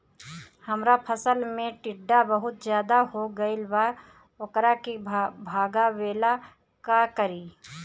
हमरा फसल में टिड्डा बहुत ज्यादा हो गइल बा वोकरा के भागावेला का करी?